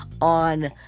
on